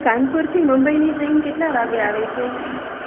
કાનપુરથી મુંબઇની ટ્રેન કેટલા વાગ્યે આવે છે